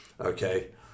Okay